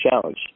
challenge